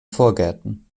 vorgärten